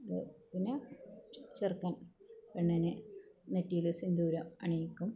ഇത് പിന്നെ ചെറുക്കൻ പെണ്ണിനെ നെറ്റിയിൽ സിന്ദൂരം അണിയിക്കും